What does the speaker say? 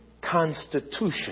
constitution